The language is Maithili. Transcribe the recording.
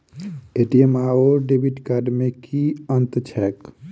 ए.टी.एम आओर डेबिट कार्ड मे की अंतर छैक?